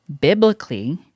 biblically